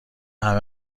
همه